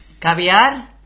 Caviar